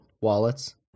wallets